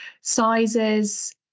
sizes